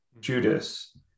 judas